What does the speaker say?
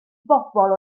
bobl